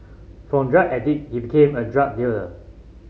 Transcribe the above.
from drug addict he became a drug dealer